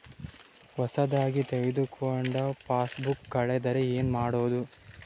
ಹೊಸದಾಗಿ ತೆಗೆದುಕೊಂಡ ಪಾಸ್ಬುಕ್ ಕಳೆದರೆ ಏನು ಮಾಡೋದು?